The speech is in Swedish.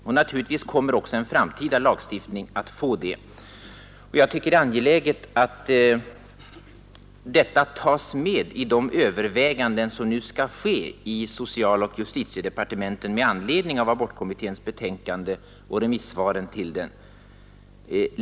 Och naturligtvis kommer en framtida lagstiftning också att få det. Jag tycker det är angeläget att detta tas med i de överväganden som nu skall göras i socialoch justitiedepartementen med anledning av abortutredningens betänkande och remissvaren.